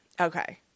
Okay